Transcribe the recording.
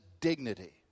dignity